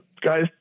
guys